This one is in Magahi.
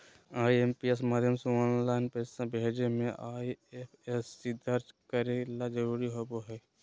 आई.एम.पी.एस माध्यम से ऑनलाइन पैसा भेजे मे आई.एफ.एस.सी दर्ज करे ला जरूरी होबो हय